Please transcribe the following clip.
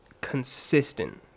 consistent